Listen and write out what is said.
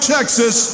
Texas